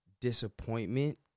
disappointment